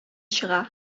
чыга